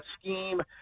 scheme